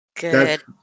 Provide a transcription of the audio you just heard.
good